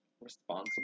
responsible